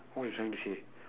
what you trying to say